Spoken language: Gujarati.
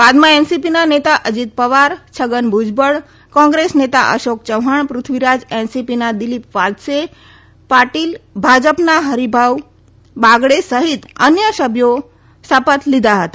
બાદમાં એનસીપી નેતા અજીત પવાર છગન ભુજબળ કોંગ્રેસ નેતા અશોક ચૌહાણ પૃથ્વીરાજ એનસીપીના દીલીપ વાલ્સે પાટીલ ભાજપના હરિભાઉ બાગડે સહિત અન્ય સભ્યો શપથ લેશે